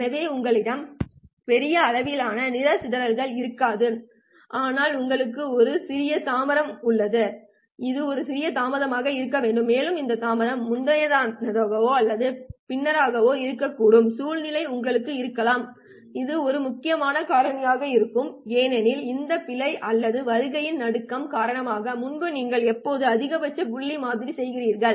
எனவே உங்களிடம் பெரிய அளவிலான நிற சிதறல்கள் இருக்காது ஆனால் உங்களுக்கு ஒரு சிறிய தாமதம் உள்ளது அது ஒரு சிறிய தாமதமாக இருக்க வேண்டும் மேலும் இந்த தாமதம் முந்தையதாகவோ அல்லது பின்னர்வோ இருக்கக்கூடிய சூழ்நிலை உங்களுக்கு இருக்கலாம் இது மிக முக்கியமான காரணியாக இருக்கும் ஏனெனில் இந்த பிழை அல்லது வருகையின் நடுக்கம் காரணமாக முன்பு நீங்கள் இப்போது அதிகபட்ச புள்ளியில் மாதிரி செய்கிறீர்கள்